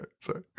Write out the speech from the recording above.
Sorry